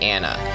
Anna